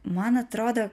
man atrodo